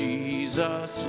Jesus